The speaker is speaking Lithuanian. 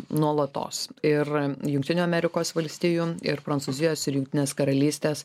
nuolatos ir jungtinių amerikos valstijų ir prancūzijos ir jungtinės karalystės